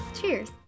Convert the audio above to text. Cheers